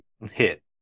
hit